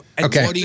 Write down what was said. Okay